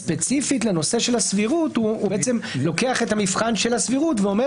ספציפית לנושא של הסבירות הוא לוקח את המבחן של הסבירות ואומר